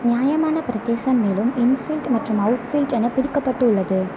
நியாயமான பிரதேசம் மேலும் இன்ஃபீல்ட் மற்றும் அவுட்ஃபீல்ட் என பிரிக்கப்பட்டு உள்ளது